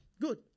Good